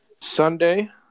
Sunday